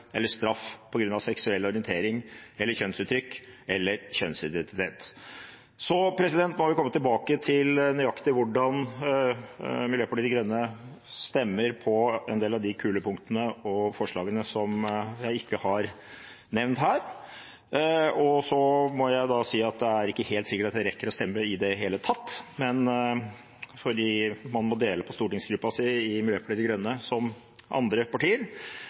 eller straff på grunn av seksuell orientering, kjønnsuttrykk eller kjønnsidentitet Så må vi komme tilbake til nøyaktig hvordan Miljøpartiet De Grønne stemmer på en del av de kulepunktene og forslagene som jeg ikke har nevnt her. Og så må jeg si at det er ikke helt sikkert at jeg rekker å stemme i det hele tatt, fordi man må dele på stortingsgruppen sin i Miljøpartiet De Grønne, som hos andre partier,